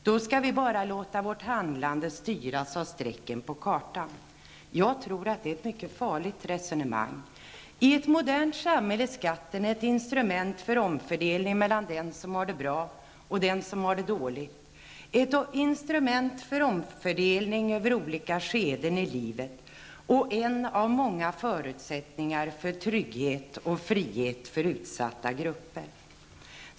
Då skall vi bara låta vårt handlande styras av strecken på kartan. Jag tror att det är ett mycket farligt resonemang. I ett modernt samhälle är skatten ett instrument för omfördelning mellan den som har det bra och den som har det dåligt, ett instrument för omfördelning över olika skeden i livet och en av många förutsättningar för trygghet och frihet för utsatta grupper.